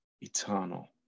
eternal